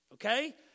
Okay